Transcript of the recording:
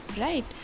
right